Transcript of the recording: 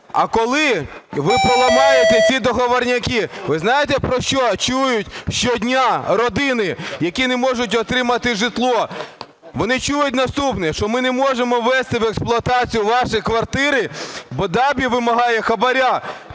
а коли ви поламаєте ці договорняки? Ви знаєте, про що чують щодня родини, які не можуть отримати житло? Вони чують наступне: що "ми не можемо ввести в експлуатацію ваші квартири, бо ДАБІ вимагає хабара